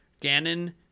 Ganon